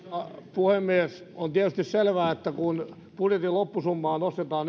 puhemies on tietysti selvää että kun budjetin loppusummaa nostetaan